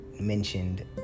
mentioned